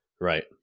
Right